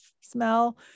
smell